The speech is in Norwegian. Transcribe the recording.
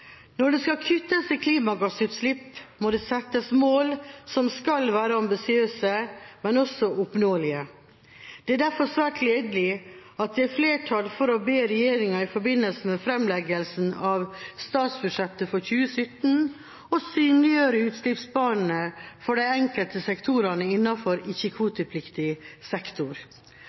Når det skal kuttes i klimagassutslipp, må det settes mål som skal være ambisiøse, men også oppnåelige. Det er derfor svært gledelig at det er flertall for å be regjeringa i forbindelse med framleggelsen av statsbudsjettet for 2017 om å synliggjøre utslippsbanene for de enkelte sektorene innenfor ikke-kvotepliktig sektor. Framleggelsen skal omtale målsettinger for hver enkelt sektor